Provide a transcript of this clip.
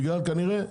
כנראה,